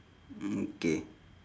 mm K